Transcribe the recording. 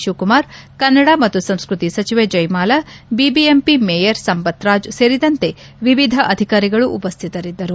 ಶಿವಕುಮಾರ್ ಕನ್ನಡ ಮತ್ತು ಸಂಸ್ಕೃತಿ ಸಚಿವೆ ಜಯಮಾಲಾ ಬಿಬಿಎಂಪಿ ಮೇಯರ್ ಸಂಪತ್ ರಾಜ್ ಸೇರಿದಂತೆ ವಿವಿಧ ಅಧಿಕಾರಿಗಳು ಉಪ್ಸುತರಿದ್ದರು